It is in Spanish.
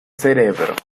cerebro